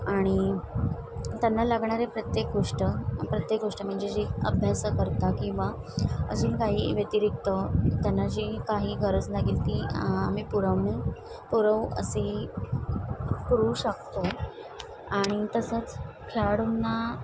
आणि त्यांना लागणारे प्रत्येक गोष्ट प्रत्येक गोष्ट म्हणजे जे अभ्यास करता किंवा अशील काही व्यतिरिक्त त्यांना जी काही गरज नागेल ती आम्ही पुरवणे पुरवू असे पुरू शकतो आणि तसंच खेळाडूंना